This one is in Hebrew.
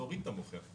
אפשר להוריד את המוכר.